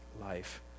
life